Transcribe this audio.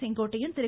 Sengottaiyan Thiru